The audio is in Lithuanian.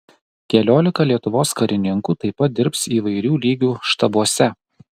keliolika lietuvos karininkų taip pat dirbs įvairių lygių štabuose